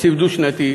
תקציב דו-שנתי.